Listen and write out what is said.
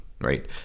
right